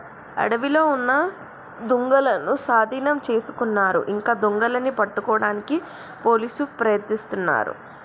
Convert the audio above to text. అడవిలో ఉన్న దుంగలనూ సాధీనం చేసుకున్నారు ఇంకా దొంగలని పట్టుకోడానికి పోలీసులు ప్రయత్నిస్తున్నారు